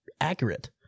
Accurate